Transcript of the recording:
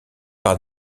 par